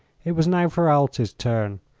it was now ferralti's turn.